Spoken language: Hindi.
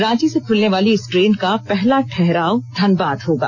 रांची से खुलने वाली इस ट्रेन का पहला ठहराव धनबाद होगा